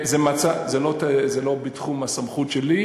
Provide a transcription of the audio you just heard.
זה לא בתחום הסמכות שלי,